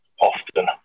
often